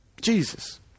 Jesus